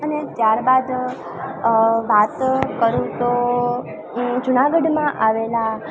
અને ત્યારબાદ વાત કરું તો જુનાગઢમાં આવેલા